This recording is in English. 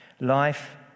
Life